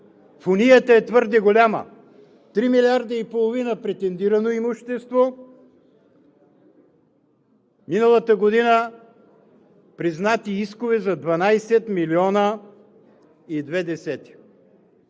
фунията е твърде голяма – три милиарда и половина претендирано имущество, миналата година признати искове за 12 милиона и две десети.